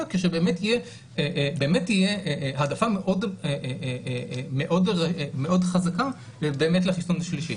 כשבאמת יהיה העדפה מאוד חזקה באמת לחיסון השלישי.